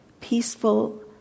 Peaceful